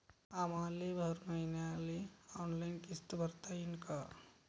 आम्हाले हर मईन्याले ऑनलाईन किस्त भरता येईन का?